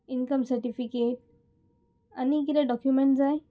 income certificate आनी किदें documents जाय